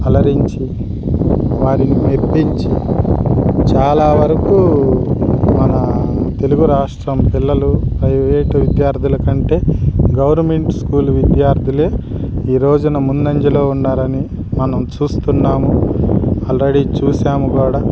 అలరించి వారిని మెప్పించి చాలా వరకు మన తెలుగు రాష్ట్రం పిల్లలు ప్రైవేటు విద్యార్థుల కంటే గవర్నమెంట్ స్కూల్ విద్యార్థులే ఈ రోజున ముందంజలో ఉన్నారని మనం చూస్తున్నాము ఆల్రెడీ చూసాము కూడా